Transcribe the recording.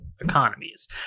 economies